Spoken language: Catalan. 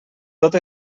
tot